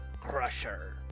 Crusher